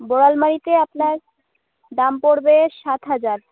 বড় আলমারিতে আপনার দাম পড়বে সাত হাজার